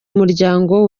umuryango